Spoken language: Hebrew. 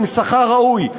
עם שכר ראוי,